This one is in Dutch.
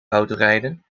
autorijden